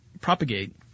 propagate